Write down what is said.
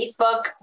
Facebook